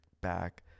back